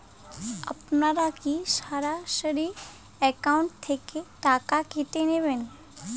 আপনারা কী সরাসরি একাউন্ট থেকে টাকা কেটে নেবেন?